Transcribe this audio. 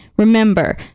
Remember